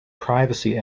privacy